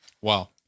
Wow